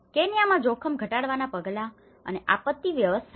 કેન્યામાં જોખમ ઘટાડવાનાં પગલાં અને આપત્તિ વ્યવસ્થાપન